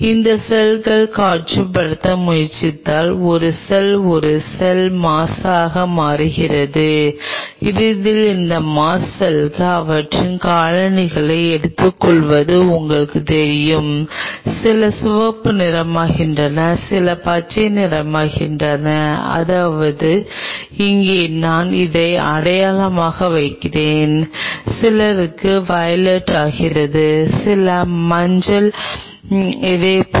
அந்த செல்கள் காட்சிப்படுத்த முயற்சிப்பதால் ஒரு செல் ஒரு செல் மாஸ்ஸாக மாறுகிறது இறுதியில் இந்த மாஸ் செல்கள் அவற்றின் காலனிகளை எடுத்துக்கொள்வது உங்களுக்குத் தெரியும் சில சிவப்பு நிறமாகின்றன சில பச்சை நிறமாகின்றன அதாவது இங்கே நான் அதை அடையாளமாக வைக்கிறேன் சிலருக்கு வயலட் ஆகிறது சில மஞ்சள் இதேபோல்